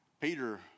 Peter